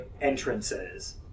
entrances